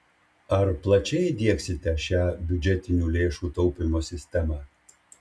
ar plačiai įdiegsite šią biudžetinių lėšų taupymo sistemą